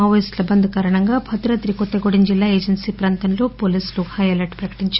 మావోయిస్టుల బంద్ కారణం గా భద్రాద్రి కొత్తగూడెం జిల్లా ఏజెన్సీప్రాంతంలో పోలీసులు హై అలర్ట్ ప్రకటించారు